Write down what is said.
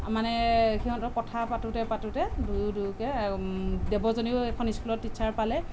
মানে সিহঁতৰ কথা পাতোতে পাতোতে দুয়ো দুয়োকে দেৱযানীয়েও এখন স্কুলত টিচাৰ পালে